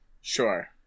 Sure